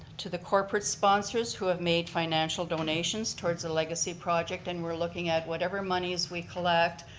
to the corporate sponsors who have made financial donations towards the legacy project, and we're looking at whatever monies we collect,